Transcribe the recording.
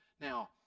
now